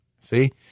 See